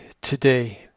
today